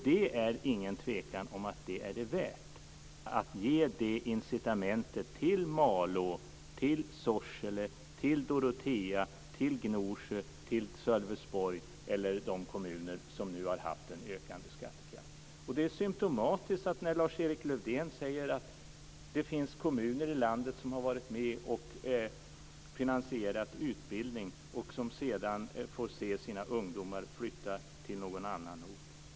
Det är ingen tvekan om att det är värt det för att man ska kunna ge det incitamentet till Malå, Sorsele, Dorotea, Gnosjö, Sölvesborg eller de kommuner som nu har haft en ökande skattekraft. Det är symtomatiskt att Lars-Erik Lövdén säger att det finns kommuner i landet som har varit med och finansierat utbildning och som sedan får se sina ungdomar flytta till någon annan ort.